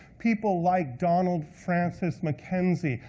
people like donald francis mckenzie,